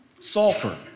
sulfur